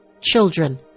children